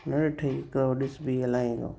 न ॾिठईं ॾिस ॿीं हलाया थो